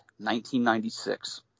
1996